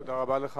תודה רבה לך.